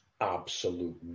absolute